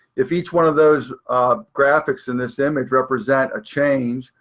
if each one of those graphics in this image represent a change,